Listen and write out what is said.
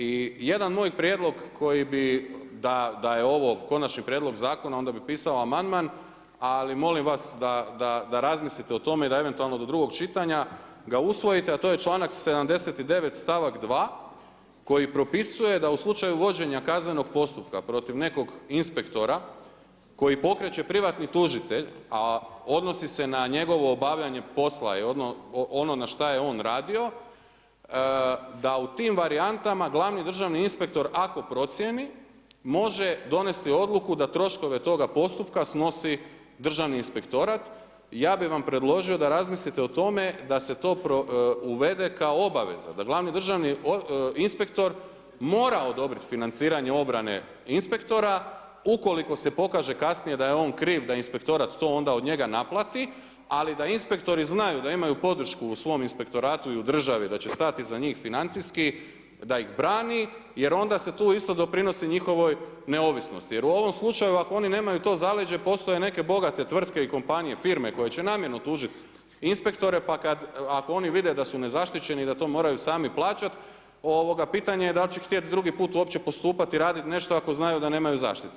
I jedan moj prijedlog koji bi, da je ovo konačni prijedlog zakona, onda bi pisao amandman, ali molim vas da razmislite o tome da eventualno do drugog čitanja ga uvojite a to članak 79. stavak 2. koji propisuje da u slučaju uvođenja kaznenog postupka protiv nekog inspektora koju pokreće privatni tužitelj a odnosi se na njegovo obavljanje poslova i ono na šta je on radio, da u tim varijantama, glavni državni inspektor ako procijeni, može donesti odluku da troškove toga postupka snosi Državni inspektorat, ja bi vam predložio da razmislite o tome da se to uvede kao obaveza, da glavni državni inspektor mora odobriti financiranje obrane inspektora ukoliko se pokaže kasnije da je on kriv, da inspektorat to onda od njega naplati ali da inspektori znaju da imaju podršku u svom inspektoratu i u državi da će stajati iza njih financijski da ih brani jer onda se tu isto doprinosi njihovoj neovisnosti jer u ovom slučaju ako oni nemaju to zaleđe, postoje neke bogate tvrtke i kompanije, firme koje će namjerno tužiti inspektore pa kad ako oni vide da su nezaštićeni i da to moraju sami plaćat, pitanje je dal' će htjeti drugi put uopće postupat i raditi nešto ako znaju da nemaju zaštite.